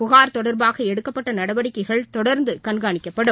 புகார் தொடர்பாக எடுக்கப்பட்ட நடவடிக்கைகள் தொடர்ந்து கண்காணிக்கப்படும்